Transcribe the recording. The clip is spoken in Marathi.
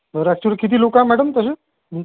हो बरं ॲक्चुली किती लोकं आहे मॅडम तसे